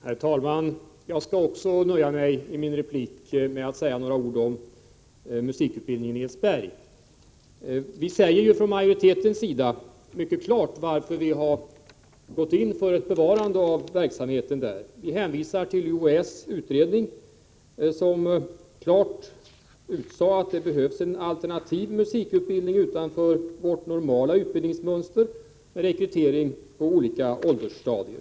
Herr talman! Jag skall också nöja mig med att i denna replik säga några ord om musikutbildningen vid Edsberg. Vi anger från majoritetens sida mycket klart, varför vi har gått in för ett bevarande av verksamheten där. Vi hänvisar till UHÄ:s utredning, som klart utsade att det behövs en alternativ musikutbildning utanför vårt normala utbildningsmönster, med rekrytering från olika åldersstadier.